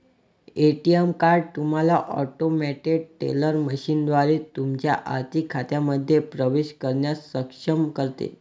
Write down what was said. ATM card तुम्हाला automated teller मशीनद्वारे तुमच्या आर्थिक खात्यांमध्ये प्रवेश करण्यास सक्षम करते